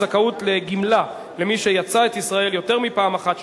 זכאות לגמלה למי שיצא את ישראל יותר מפעם אחת),